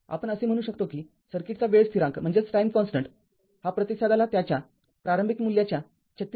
आपण असे म्हणू शकतो की सर्किटचा वेळ स्थिरांक हा प्रतिसादाला त्याच्या प्रारंभिक मूल्याच्या ३६